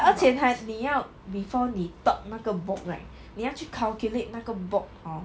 而且他你要 before 你 top 那个 bolt right 你要去 calculate 那个 bolt hor